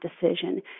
decision